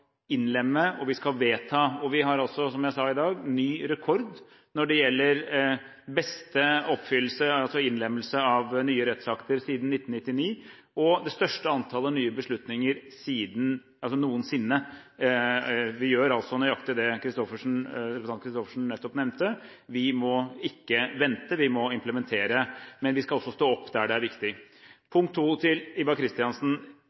innlemme og vi skal vedta. Vi har også, som jeg sa i dag, ny rekord når det gjelder beste innlemmelse av nye rettsakter siden 1999, og det største antallet nye beslutninger noensinne. Vi gjør altså nøyaktig det representanten Fardal Kristoffersen nettopp nevnte – vi må ikke vente, vi må implementere. Men vi skal også stå opp der det er viktig.